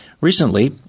Recently